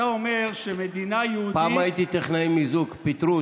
אתה אומר שמדינה יהודית, מה עושים עם זה?